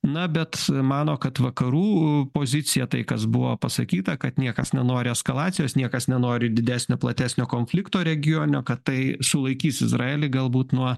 na bet mano kad vakarų pozicija tai kas buvo pasakyta kad niekas nenori eskalacijos niekas nenori didesnio platesnio konflikto regione kad tai sulaikys izraelį galbūt nuo